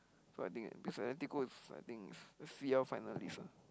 so I think bes~ Atletico is I think is is C_L finalist ah